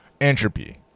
Entropy